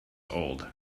old